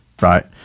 Right